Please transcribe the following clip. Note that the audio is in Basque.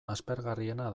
aspergarriena